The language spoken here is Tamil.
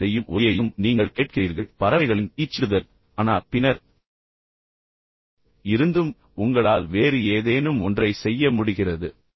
பறவைகள் செய்யும் ஒலியையும் நீங்கள் கேட்கிறீர்கள் பறவைகளின் கீச்சிடுதல் ஆனால் பின்னர் இருந்தும் உங்களால் வேறு ஏதேனும் ஒன்றை செய்ய முடிகிறது